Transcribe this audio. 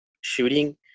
shooting